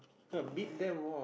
no beat them all